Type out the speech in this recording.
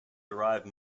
derive